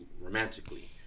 romantically